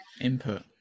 input